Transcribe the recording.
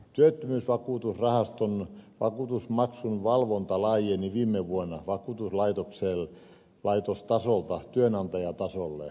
työttömyysvakuutusrahaston vakuutusmaksun valvonta laajeni viime vuonna vakuutuslaitostasolta työnantajatasolle